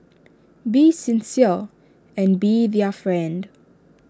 be sincere and be their friend